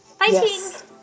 Yes